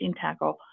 tackle